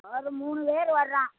ஒரு மூணு பேர் வர்றோம்